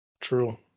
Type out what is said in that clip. True